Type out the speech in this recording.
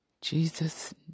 Jesus